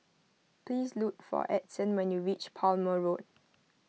please look for Edson when you reach Palmer Road